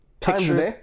pictures